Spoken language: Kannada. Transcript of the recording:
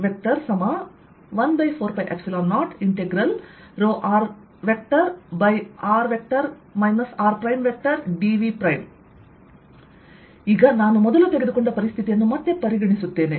Vr14π0ρ|r r|dV ಆದ್ದರಿಂದ ಈಗ ನಾನು ಮೊದಲು ತೆಗೆದುಕೊಂಡ ಪರಿಸ್ಥಿತಿಯನ್ನು ಮತ್ತೆ ಪರಿಗಣಿಸುತ್ತೇವೆ